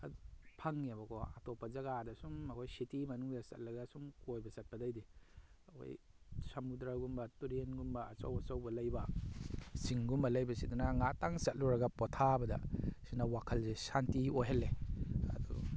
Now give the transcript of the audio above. ꯐꯪꯉꯦꯕꯀꯣ ꯑꯇꯣꯞꯄ ꯖꯒꯥꯗ ꯑꯁꯨꯝ ꯑꯩꯈꯣꯏ ꯁꯤꯇꯤ ꯃꯅꯨꯡꯗ ꯆꯠꯂꯒ ꯑꯁꯨꯝ ꯀꯣꯏꯕ ꯆꯠꯄꯗꯒꯤꯗꯤ ꯑꯩꯈꯣꯏ ꯁꯃꯨꯗ꯭ꯔꯒꯨꯝꯕ ꯇꯨꯔꯦꯟꯒꯨꯝꯕ ꯑꯆꯧ ꯑꯆꯧꯕ ꯂꯩꯕ ꯆꯤꯡꯒꯨꯝꯕ ꯂꯩꯕꯁꯤꯗꯅ ꯉꯥꯇꯪ ꯆꯠꯂꯨꯔꯒ ꯄꯣꯊꯥꯕꯗ ꯁꯤꯅ ꯋꯥꯈꯜꯁꯦ ꯁꯥꯟꯇꯤ ꯑꯣꯏꯍꯜꯂꯦ